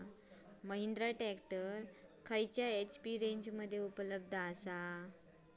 Mahindra tractor खयल्या HP रेंजमध्ये उपलब्ध आसा?